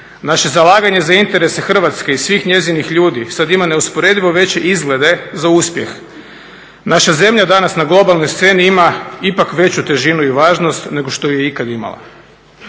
Naše zalaganje za interese Hrvatske i svih njezinih ljudi sad ima neusporedivo veće izglede za uspjeh. Naša zemlja danas na globalnoj sceni ima ipak veću težinu i važnost nego što ju je ikad imala.